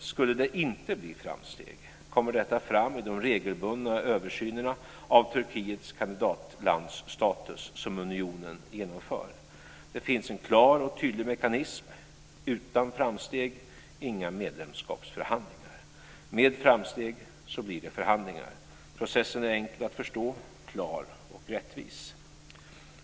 Om det inte skulle bli framsteg kommer detta fram i de regelbundna översynerna av Turkiets kandidatlandsstatus som unionen genomför. Det finns en klar och tydlig mekanism: utan framsteg inga medlemskapsförhandlingar. Med framsteg blir det förhandlingar. Processen är enkel att förstå, klar och rättvis.